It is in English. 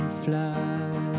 fly